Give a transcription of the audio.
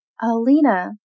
Alina